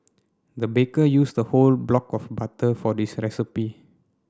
the baker used a whole block of butter for this recipe